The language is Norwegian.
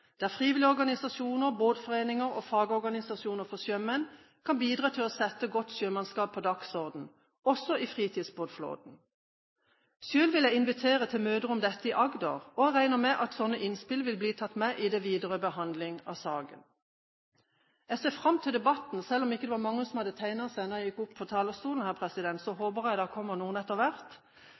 frivillige organisasjoner, båtforeninger og fagorganisasjoner for sjømenn kan bidra til å sette godt sjømannskap på dagsordenen, også i fritidsbåtflåten. Selv vil jeg invitere til møter om dette i Agder, og jeg regner med at slike innspill vil bli tatt med i den videre behandling av saken. Jeg ser fram til debatten. Selv om det ikke var mange som hadde tegnet seg da jeg gikk opp på talerstolen, hr. president, håper jeg det kommer noen etter hvert.